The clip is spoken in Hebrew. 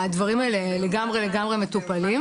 הדברים האלה לגמרי לגמרי מטופלים.